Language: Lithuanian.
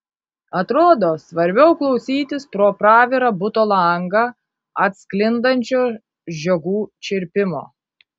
atrodo svarbiau klausytis pro pravirą buto langą atsklindančio žiogų čirpimo